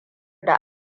da